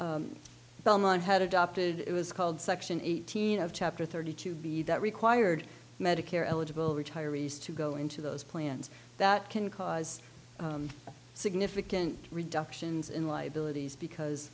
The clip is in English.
belmont had adopted it was called section eighteen of chapter thirty two b that required medicare eligible retirees to go into those plans that can cause significant reductions in liabilities because